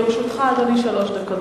לרשותך, אדוני, שלוש דקות.